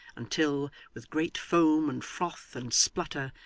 until, with great foam and froth and splutter,